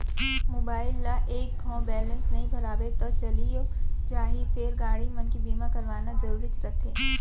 mobile ल एक घौं बैलेंस नइ भरवाबे तौ चलियो जाही फेर गाड़ी मन के बीमा करवाना जरूरीच रथे